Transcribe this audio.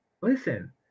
listen